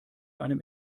einem